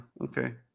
okay